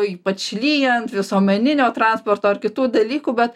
ypač lyjant visuomeninio transporto ar kitų dalykų bet